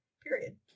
Period